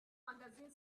magazine